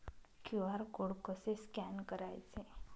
QR code कसे scan करायचे?